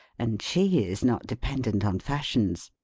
and she is not dependent on fashions.